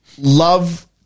love